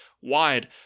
wide